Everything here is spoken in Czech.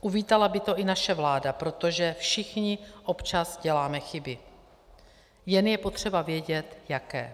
Uvítala by to i naše vláda, protože všichni občas děláme chyby, jen je potřeba vědět jaké.